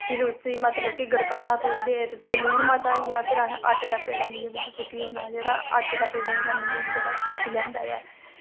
ते फिर उस्सी मतलब की गड़काना थोह्ड़ी देर जे लून मता होई जाऽ ते असें आटा दा पेड़ा लेइयै सुट्टी ओड़ना ते जेह्ड़ा आटै दे पेड़े कन्नै लून जेह्का सीकी लैंदा ऐ